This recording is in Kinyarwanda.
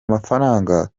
amafaranga